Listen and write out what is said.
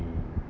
we